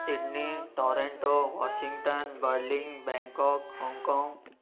Sydney Toronto Washington Berlin Bangkok Hong Kong